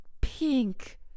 pink